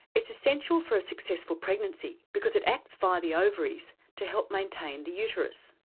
it's essential for a successful pregnancy because it acts via the ovaries to help maintain the uterus.